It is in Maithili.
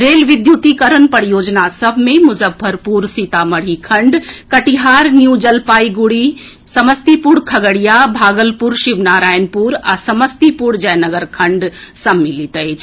रेल विद्युतीकरण परियोजना सभ मे मुजफ्फरपुर सीतामढ़ी खंड कटिहार न्यूजलपाईगुड़ी समस्तीपुर खगड़िया भागलपुर शिवनारायणपुर आ समस्तीपुर जयनगर खंड सम्मिलित अछि